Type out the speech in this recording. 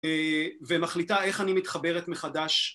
ומחליטה איך אני מתחברת מחדש.